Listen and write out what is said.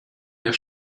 ihr